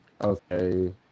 Okay